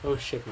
oh shit